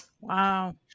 Wow